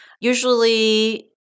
Usually